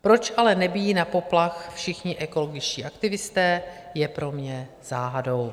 Proč ale nebijí na poplach všichni ekologičtí aktivisté, je pro mě záhadou.